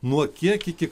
nuo kiek iki